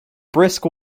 brisk